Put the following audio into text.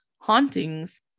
Hauntings